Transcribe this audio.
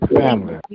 family